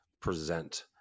present